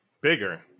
Bigger